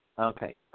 Okay